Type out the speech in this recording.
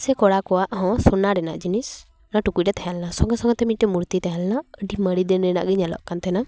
ᱥᱮ ᱠᱚᱲᱟ ᱠᱚᱣᱟᱜ ᱦᱚᱸ ᱥᱚᱱᱟ ᱨᱮᱱᱟᱜ ᱡᱤᱱᱤᱥ ᱚᱱᱟ ᱴᱩᱠᱩᱡ ᱨᱮ ᱛᱟᱦᱮᱸ ᱞᱮᱱᱟ ᱥᱚᱸᱜᱮ ᱥᱚᱸᱜᱮᱛᱮ ᱢᱤᱫᱴᱮᱱ ᱢᱩᱨᱛᱤ ᱛᱟᱦᱮᱸ ᱞᱮᱱᱟ ᱟᱹᱰᱤ ᱢᱟᱨᱮ ᱫᱤᱱ ᱨᱮᱱᱟᱜ ᱜᱮ ᱧᱮᱞᱚᱜ ᱠᱟᱱ ᱛᱟᱦᱮᱱᱟ